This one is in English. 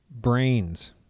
brains